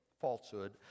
falsehood